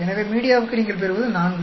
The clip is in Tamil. எனவே மீடியாவுக்கு நீங்கள் பெறுவது 4